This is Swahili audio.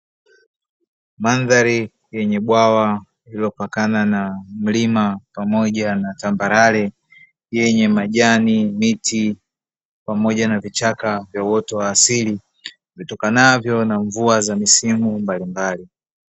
Mandhari yenye bwawa lililopakana na mlima pamoja na tambarare yenye majani miti pamoja na vichaka vya uoto wa asili, vitokanavyo na mvua za misimu mbalimbali.